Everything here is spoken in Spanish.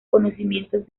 conocimientos